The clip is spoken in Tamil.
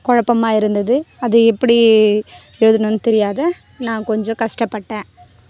குழப்பமா இருந்துது அது எப்படி எழுதுனு தெரியாத நான் கொஞ்சம் கஷ்டப்பட்டேன்